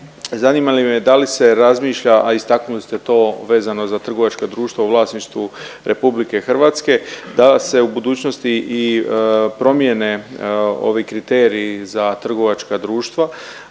Zanima me da li se razmišlja, a istaknuli ste to vezano za trgovačka društva u vlasništvu RH da se u budućnosti i promjene ovi kriteriji za trgovačka društva